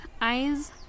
Eyes